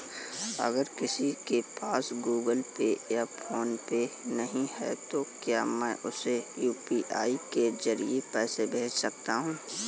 अगर किसी के पास गूगल पे या फोनपे नहीं है तो क्या मैं उसे यू.पी.आई के ज़रिए पैसे भेज सकता हूं?